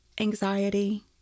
anxiety